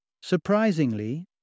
Surprisingly